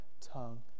tongue